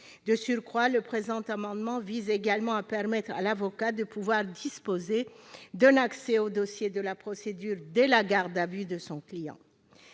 observations. Le présent amendement tend également à permettre à l'avocat de disposer de l'accès au dossier de la procédure dès la garde à vue de son client.